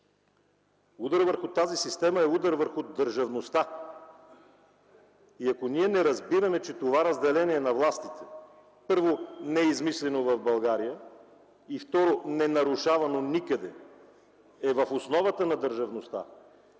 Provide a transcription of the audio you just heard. Ударът върху тази система е удар върху държавността! И ако ние не разбираме, че това разделение на властите – първо, не е измислено в България, и, второ – не е нарушавано никъде, е в основата на държавността,